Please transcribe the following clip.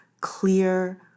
clear